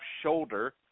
shoulder